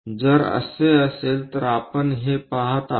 जर असे असेल तर आपण हे पहात आहोत